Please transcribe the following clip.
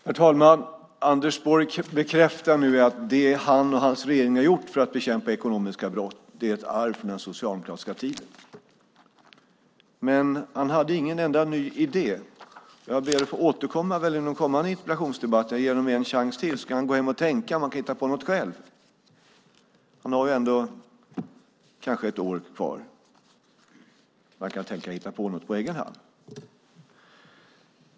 Herr talman! Anders Borg bekräftar nu att det han och hans regering har gjort för att bekämpa ekonomiska brott är ett arv från den socialdemokratiska tiden. Men han hade inte en enda ny idé. Jag ber att få återkomma vid en kommande interpellationsdebatt. Jag ger honom en chans till. Då kan han gå hem och tänka på om han kan hitta på något själv. Han har kanske ändå ett år kvar när han kan tänka och hitta på något på egen hand.